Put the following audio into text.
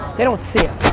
they don't see it.